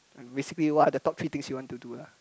basically what are the top three thing you want to do lah